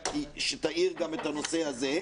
שתאיר גם את הנושא הזה.